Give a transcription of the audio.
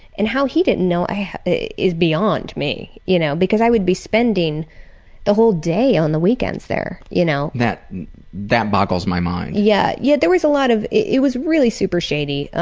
and how he didn't know is beyond me. you know, because i would be spending the whole day on the weekends there, you know. that that boggles my mind. yeah yeah there was a lot of it was really super shady.